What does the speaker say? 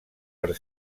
per